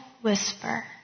whisper